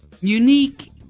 unique